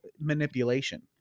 manipulation